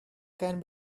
can